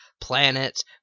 planets